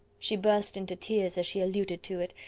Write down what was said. she burst into tears as she alluded to it,